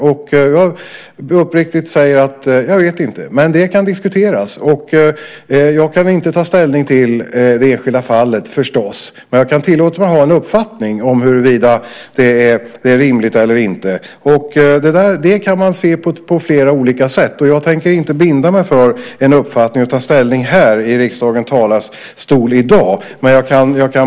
Jag måste uppriktigt säga att jag inte vet. Jag kan förstås inte ta ställning till det enskilda fallet, men jag kan tillåta mig att ha en uppfattning huruvida det är rimligt eller inte. Man kan se på detta på flera olika sätt, och jag tänker inte binda mig för en uppfattning genom att i riksdagens talarstol i dag ta ställning.